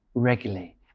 Regularly